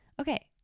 okay